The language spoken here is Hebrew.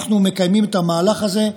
אנחנו מקיימים את המהלך הזה,